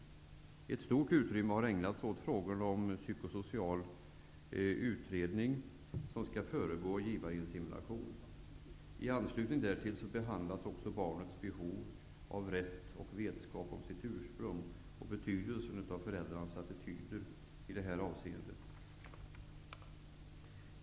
Ett stort utrymme har ägnats frågorna om den psykosociala utredning som skall föregå en givarinsemination. I anslutning därtill behandlas också barnets behov av och rätt till vetskap om sitt ursprung och betydelsen av föräldrarnas attityder i detta avseende.